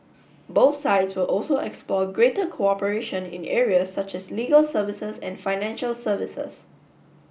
both sides will also explore greater cooperation in areas such as legal services and financial services